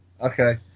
okay